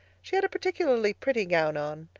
she had a particularly pretty gown on.